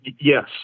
yes